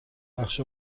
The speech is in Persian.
بخش